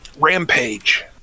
Rampage